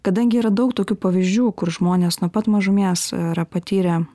kadangi yra daug tokių pavyzdžių kur žmonės nuo pat mažumės yra patyrę